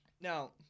Now